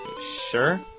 sure